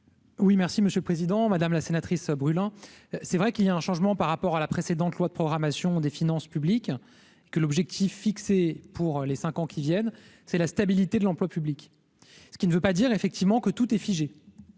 Oui merci monsieur le président, madame la sénatrice brûlant, c'est vrai qu'il y a un changement par rapport à la précédente loi de programmation des finances publiques que l'objectif fixé pour les 5 ans qui viennent, c'est la stabilité de l'emploi public, ce qui ne veut pas dire effectivement que tout est figé